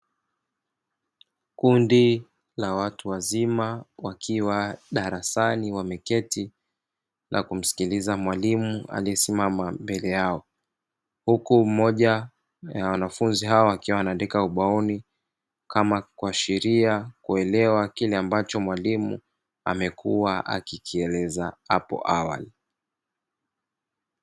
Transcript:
Kundi la watu wazima wakiwa darasani wameketi na kumsikiliza mwalimu aliyesimama mbele yao, huku mmoja ya wanafunzi hao akiwa anaandika ubaoni kama kuashiria kuelewa kile ambacho mwalimu amekua akikieleza hapo awali.